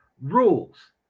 rules